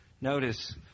Notice